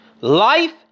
Life